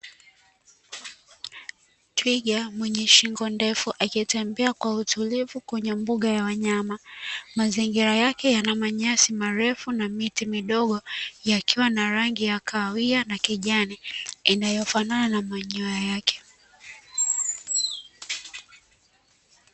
Twiga mwenye shingo ndefu akitembea kwa utulivu kwenye mboga ya wanyama mazingira yake yana manyasi marefu na miti midogo yakiwa na rangi ya kahawia na kijani inayofanana na manyoya yake